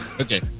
okay